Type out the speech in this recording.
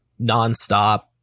nonstop